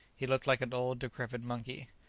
he looked like an old, decrepit monkey.